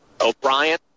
O'Brien